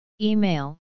Email